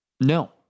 no